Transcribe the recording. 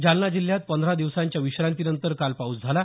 जालना जिल्ह्यात पंधरा दिवसांच्या विश्रांतीनंतर काल पाऊस झाला